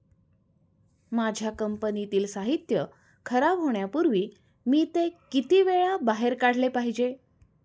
माझ्या कंपनीतील साहित्य खराब होण्यापूर्वी मी ते किती वेळा बाहेर काढले पाहिजे?